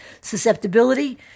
susceptibility